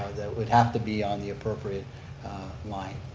it would have to be on the appropriate line.